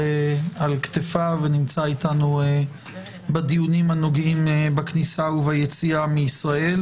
כתפיו ונמצא איתנו בדיונים הנוגעים בכניסה וביציאה מישראל.